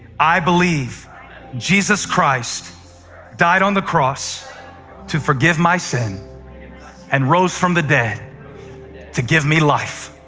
i believe jesus christ died on the cross to forgive my sin and rose from the dead to give me life.